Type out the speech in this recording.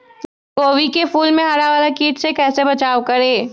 गोभी के फूल मे हरा वाला कीट से कैसे बचाब करें?